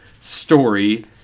story